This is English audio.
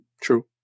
true